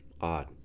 Odd